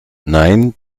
nein